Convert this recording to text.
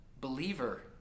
Believer